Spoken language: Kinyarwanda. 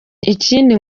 ikindi